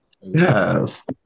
Yes